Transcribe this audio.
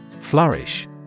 Flourish